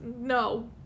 no